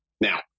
Now